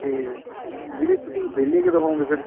ਅਤੇ ਵੀਰੇ ਤੁਸੀਂ ਵਿਹਲੇ ਕਦੋਂ ਹੋਉਂਗੇ ਫਿਰ